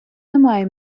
немає